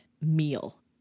meal